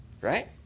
Right